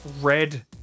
red